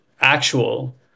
actual